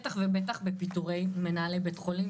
בטח ובטח בפיטורי מנהלי בית חולים,